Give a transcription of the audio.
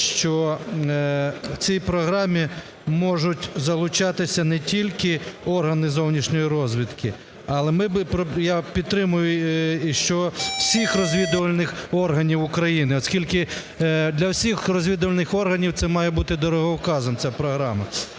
що в цій програмі можуть залучатися не тільки органи зовнішньої розвідки, але ми би… я підтримую, що і всіх розвідувальних органів України. Оскільки для всіх розвідувальних органів це має бути дороговказом ця програма.